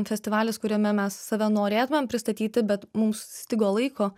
festivalis kuriame mes save norėtumėm pristatyti bet mums stigo laiko